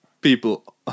people